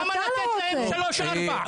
למה נתת להם שלושה-ארבעה?